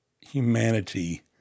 humanity